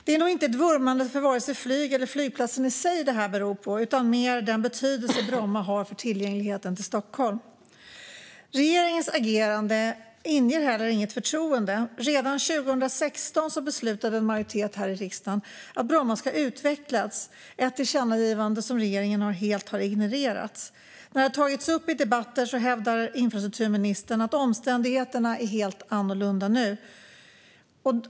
Det är nog inte ett vurmande för vare sig flyg eller flygplatsen i sig det här beror på, utan mer den betydelse Bromma flygplats har för tillgängligheten till Stockholm. Regeringens agerande inger inget förtroende. Redan 2016 beslutade en majoritet här i riksdagen att Bromma ska utvecklas, ett tillkännagivande som regeringen helt har ignorerat. När det har tagits upp i debatter har infrastrukturministern hävdat att omständigheterna är helt annorlunda nu.